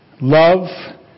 Love